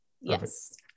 Yes